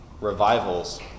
revivals